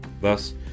Thus